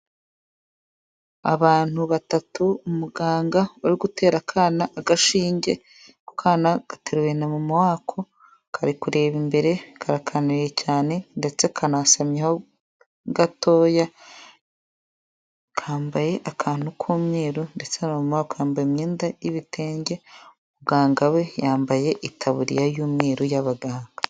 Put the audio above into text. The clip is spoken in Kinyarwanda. Abantu batatu, umuganga uri gutera akana agashinge, ako kana gateruwe na mama wako kari kureba imbere karakanuye cyane ndetse kanasamye ho gatoya, kambaye akantu k'umweru ndetse na mama wako yambaye imyenda y'ibitenge, muganga we yambaye itaburiya y'umweru y'abaganga.